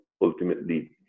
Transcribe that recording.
ultimately